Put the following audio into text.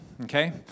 okay